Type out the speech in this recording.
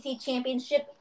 championship